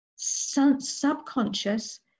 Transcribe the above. subconscious